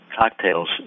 cocktails